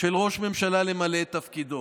של ראש ממשלה למלא את תפקידו.